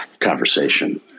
conversation